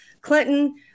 clinton